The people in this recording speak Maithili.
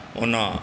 ओना